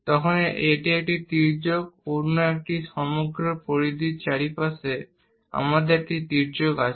সুতরাং এটি একটি তির্যক অন্য একটি সমগ্র পরিধির চারপাশে আমাদের একটি তির্যক আছে